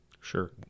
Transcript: Sure